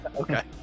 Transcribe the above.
okay